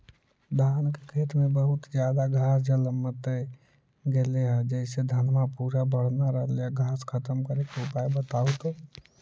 धान के खेत में बहुत ज्यादा घास जलमतइ गेले हे जेसे धनबा पुरा बढ़ न रहले हे घास खत्म करें के उपाय बताहु तो?